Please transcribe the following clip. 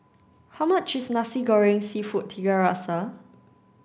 how much is Nasi Goreng seafood Tiga Rasa